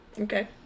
Okay